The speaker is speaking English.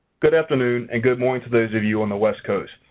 good afternoon and good morning to those of you on the west coast.